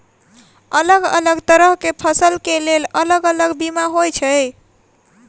अलग अलग तरह केँ फसल केँ लेल अलग अलग बीमा होइ छै?